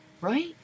right